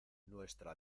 nuestra